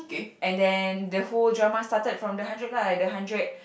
and then the whole drama started from the hundred lah the hundred